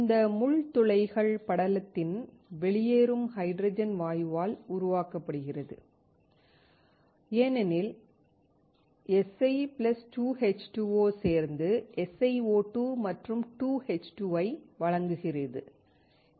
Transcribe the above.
இந்த முள் துளைகள் படலத்திலிருந்து வெளியேறும் ஹைட்ரஜன் வாயுவால் உருவாக்கப்படுகின்றன ஏனெனில் Si 2H2O சேர்ந்து SiO2 மற்றும் 2H2 ஐ வழங்குகிறது